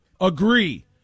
agree